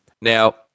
Now